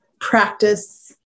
practice